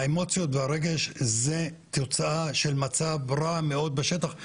האמוציות והרגש הם תוצאה של מצב רע מאוד בשטח.